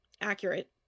accurate